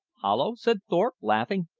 hollow? said thorpe, laughing.